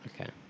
Okay